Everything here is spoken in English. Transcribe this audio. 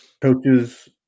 coaches